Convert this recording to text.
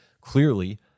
Clearly